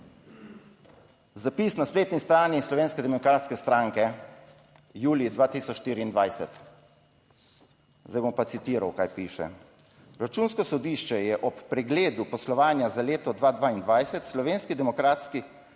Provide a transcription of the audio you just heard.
Zapis na spletni strani Slovenske demokratske stranke, julij 2024. Zdaj bom pa citiral kaj piše: Računsko sodišče je ob pregledu poslovanja za leto 2022 Slovenski demokratski